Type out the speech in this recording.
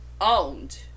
owned